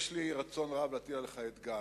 יש לי רצון רב להטיל עליך אתגר.